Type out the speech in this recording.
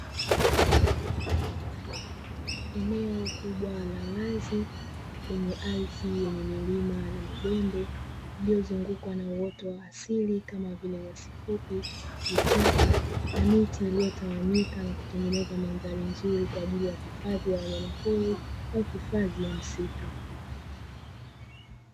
Eneo kubwa la wazi, lenye ardhi yenye milima na mabonde, iliyozungukwa na uoto wa asili kama vile nyasi fupi, vichaka na miti iliyotawanyika, na kutengeneza mandhari nzuri kwa ajili ya hifadhi ya wanyama pori au hifadhi ya msitu.